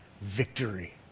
victory